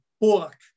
book